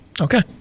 Okay